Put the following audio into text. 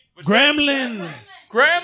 Gremlins